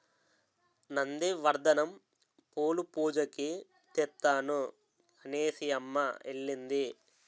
నంది వర్ధనం పూలు పూజకి తెత్తాను అనేసిఅమ్మ ఎల్లింది